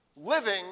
Living